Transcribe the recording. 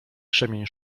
krzemień